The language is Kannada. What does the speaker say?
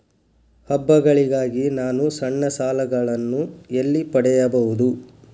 ಹಬ್ಬಗಳಿಗಾಗಿ ನಾನು ಸಣ್ಣ ಸಾಲಗಳನ್ನು ಎಲ್ಲಿ ಪಡೆಯಬಹುದು?